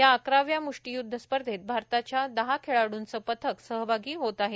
या अकराव्या म्ष्टीय्द्ध स्पर्धेत भारताचं दहा खेळाडूंचं पथक सहभागी होत आहे